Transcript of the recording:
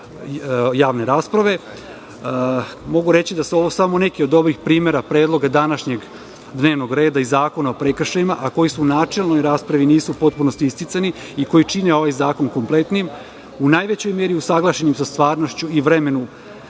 javne rasprave, mogu reći da su ovo samo neki od primera današnjeg dnevnog reda i Zakona o prekršajima koji u načelnoj raspravi nisu u potpunosti isticani i koji čine ovaj zakon kompletnim, u najvećoj meri usaglašeni sa stvarnošću i vremenu